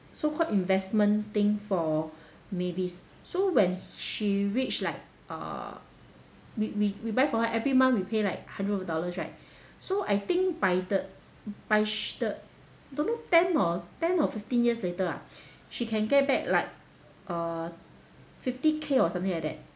so called investment thing for mavis so when she reach like uh we we we buy for her every month we pay like hundred over dollars right so I think by the by sh~ the don't know ten or ten or fifteen years later ah she can get back like uh fifty K or something like that